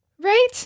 Right